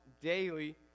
daily